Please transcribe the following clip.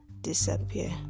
disappear